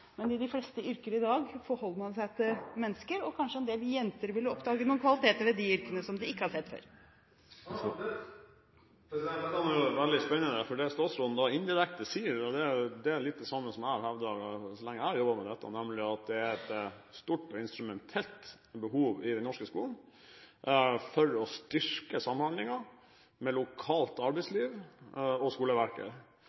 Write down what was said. Men i de fleste yrker i dag forholder en seg til mennesker, og kanskje en del jenter vil finne kvaliteter ved de yrkene som de ikke har sett før. Dette er veldig spennende, for det statsråden indirekte sier, er litt det samme som jeg har hevdet så lenge jeg har jobbet med dette, nemlig at det er et stort og instrumentelt behov i den norske skolen for å styrke samhandlingen mellom lokalt